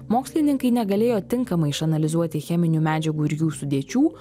mokslininkai negalėjo tinkamai išanalizuoti cheminių medžiagų ir jų sudėčių